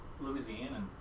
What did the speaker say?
Louisiana